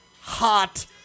hot